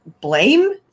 blame